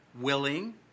willing